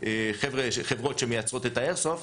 של חברות שמייצרות את האיירסופט,